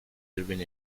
living